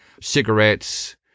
cigarettes